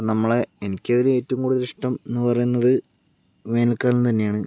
നമ്മളെ എനിക്കതിലും ഏറ്റവും കൂടുതൽ ഇഷ്ട്ടം എന്നു പറയുന്നത് വേനൽക്കാലം തന്നെയാണ്